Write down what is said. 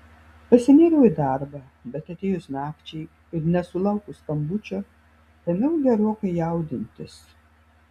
pasinėriau į darbą bet atėjus nakčiai ir nesulaukus skambučio ėmiau gerokai jaudintis